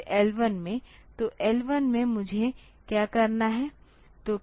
फिर L 1 में तो L1 में मुझे क्या करना है